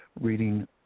reading